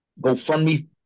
GoFundMe